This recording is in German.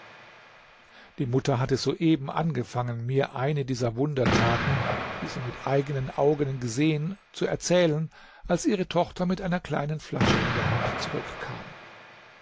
die mutter hatte soeben angefangen mir eine dieser wundertaten die sie mit eigenen augen gesehen zu erzählen als ihre tochter mit einer kleinen flasche in der hand zurückkam